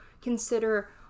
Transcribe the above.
consider